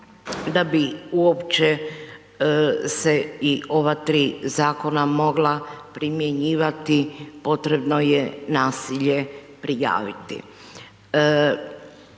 da bi uopće se i ova tri zakona mogla primjenjivati potrebno je nasilje prijaviti.